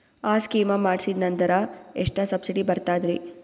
ಆ ಸ್ಕೀಮ ಮಾಡ್ಸೀದ್ನಂದರ ಎಷ್ಟ ಸಬ್ಸಿಡಿ ಬರ್ತಾದ್ರೀ?